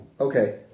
Okay